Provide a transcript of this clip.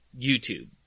YouTube